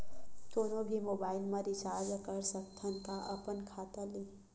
कोनो भी मोबाइल मा रिचार्ज कर सकथव का अपन खाता ले?